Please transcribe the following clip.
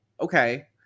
okay